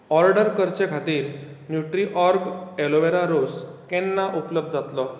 order करचे खातीर Nutriorg aloe vera रोस केन्ना उपलब्ध जातलो